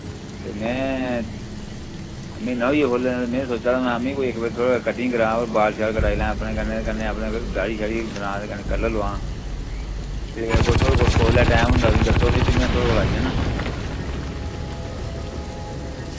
ते मैं म्हीना होइया खोल्ले दे ते मैं सोच्चा ना महा आमी कोई इक बारी थुआढ़े कोला कटिंग करां बाल शाल कटाई लैं अपने कन्नै ते कन्नै अपने दाढ़ी शाड़ी बनां ते कन्नै कलर लोआं ते कोई थुआढ़े कोल कुसलै टैम होंदा मि दस्सो फ्ही फ्ही मैं थुआढ़े कोल आई जन्ना